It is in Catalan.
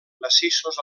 massissos